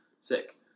Sick